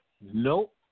Nope